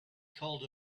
called